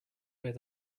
where